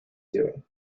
doing